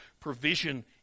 provision